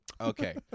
Okay